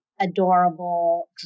adorable